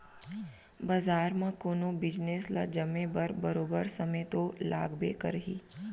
बजार म कोनो बिजनेस ल जमे बर बरोबर समे तो लागबे करही